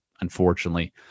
unfortunately